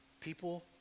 people